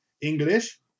English